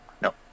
No